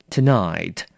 Tonight